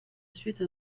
suite